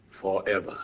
forever